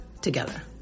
together